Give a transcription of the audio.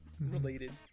Related